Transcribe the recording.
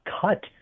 cut